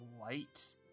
light